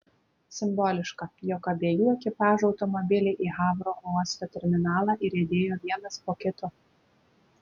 simboliška jog abiejų ekipažų automobiliai į havro uosto terminalą įriedėjo vienas po kito